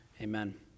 amen